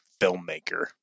filmmaker